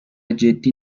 جدی